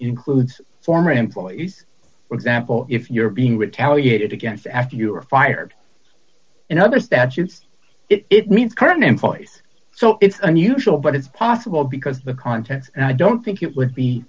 includes former employees for example if you're being retaliated against after you are fired and others that use it means current employees so it's unusual but it's possible because the contents and i don't think it would be